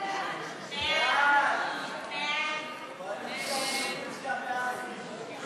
חוק ביטוח בריאות ממלכתי (תיקון מס'